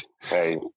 hey